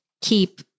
keep